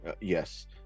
Yes